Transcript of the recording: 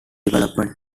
development